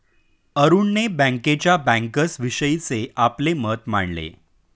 अरुणने बँकेच्या बँकर्सविषयीचे आपले मत मांडले